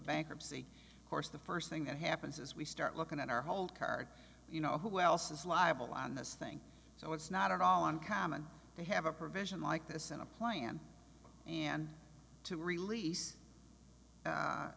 bankruptcy course the first thing that happens is we start looking at our whole card you know who else is liable on this thing so it's not at all uncommon to have a provision like this in a plan and to release